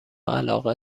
علاقه